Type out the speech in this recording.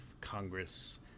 Congress